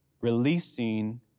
releasing